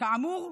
כאמור,